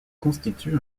constitue